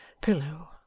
pillow